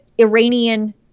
Iranian